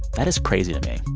that is crazy to me,